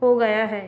हो गया है